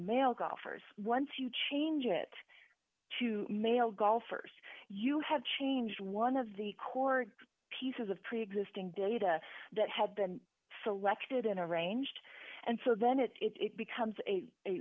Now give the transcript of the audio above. male golfers once you change it to male golfers you have changed one of the core pieces of preexisting data that had been selected in arranged and so then it it becomes a